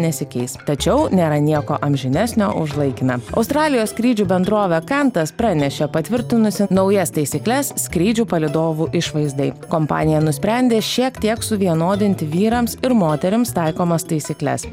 nesikeis tačiau nėra nieko amžinesnio už laikiną australijos skrydžių bendrovė kantas pranešė patvirtinusi naujas taisykles skrydžių palydovų išvaizdai kompanija nusprendė šiek tiek suvienodinti vyrams ir moterims taikomas taisykles